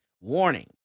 Warning